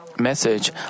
message